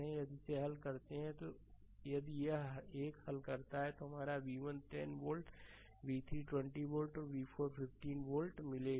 तो यदि इसे हल करते हैं यदि यह एक हल करता है तो हमारा v1 10 वोल्ट v3 20 वोल्ट और v4 15 वोल्ट मिलेगा